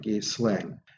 slang